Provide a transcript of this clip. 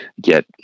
get